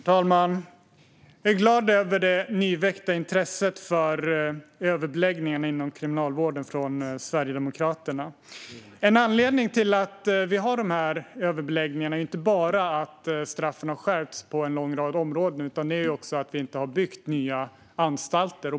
Herr talman! Jag är glad över det nyväckta intresset för överbeläggningarna inom Kriminalvården från Sverigedemokraternas sida. Överbeläggningarna beror inte bara på att straffen har skärpts på en lång rad områden utan också på att vi inte har byggt nya anstalter.